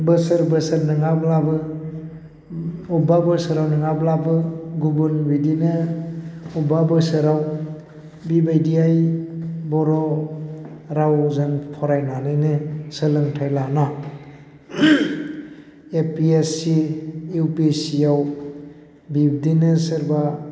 बोसोर बोसोर नङाब्लाबो बबेबा बोसोराव नङाब्लाबो गुबुन बिदिनो बबेबा बोसोराव बेबायदिहाय बर' रावजों फरायनानैनो सोलोंथाय लाना A P S C U P S C याव बिबदिनो सोरबा